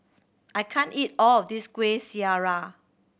I can't eat all of this Kueh Syara